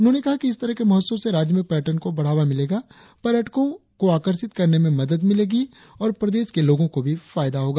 उन्होंने कहा कि इस तरह के महोत्सव से राज्य में पर्यटन को बढ़ावा मिलेगा पर्यटको आकर्षित करने में मदद मिलेगी और प्रदेश के लोगों को भी फायदा होगा